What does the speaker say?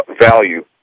value